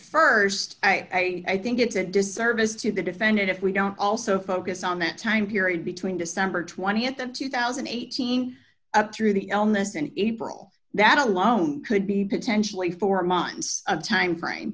st i think it's a disservice to the defendant if we don't also focus on that time period between december th of two thousand and eighteen up through the illness and april that alone could be potentially four months of timeframe